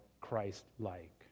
Christ-like